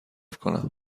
کنم